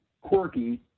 quirky